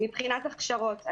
מבחינת הכשרות.